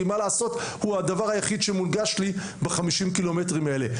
כי מה לעשות הוא הדבר היחיד שמונגש לי ב-50 קילומטרים האלה,